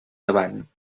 davant